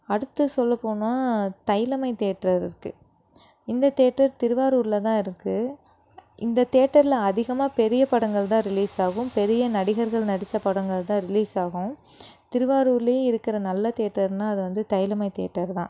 அடுத்து சொல்லப் போனால் தைலம்மை தேட்டரு இருக்கு இந்த தேட்டர் திருவாரூரில் தான் இருக்கு இந்த தேட்டரில் அதிகமாக பெரியப் படங்கள் தான் ரிலீஸ் ஆகும் பெரிய நடிகர்கள் நடித்த படங்கள் தான் ரிலீஸ் ஆகும் திருவாரூர்லேயே இருக்கிற நல்ல தேட்டருன்னா அது வந்து தைலம்மை தேட்டர் தான்